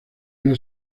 una